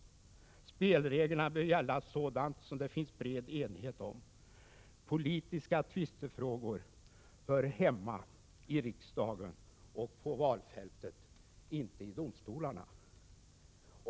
Spelreglerna bör gälla sådant som det finns bred enighet om. Politiska tvistefrågor hör hemma i riksdagen och på valfältet, inte i domstolarna.